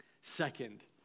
Second